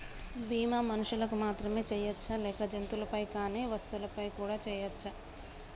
బీమా మనుషులకు మాత్రమే చెయ్యవచ్చా లేక జంతువులపై కానీ వస్తువులపై కూడా చేయ వచ్చా?